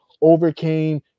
overcame